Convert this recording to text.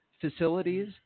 facilities